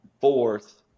fourth